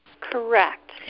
Correct